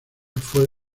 fue